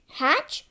hatch